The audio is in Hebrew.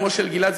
אמו של גיל-עד,